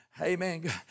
Amen